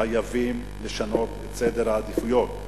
חייבים לשנות את סדר העדיפויות.